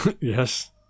yes